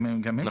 גם הם כאן.